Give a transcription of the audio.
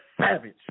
savage